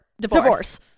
Divorce